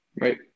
Right